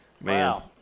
Wow